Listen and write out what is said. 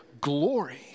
glory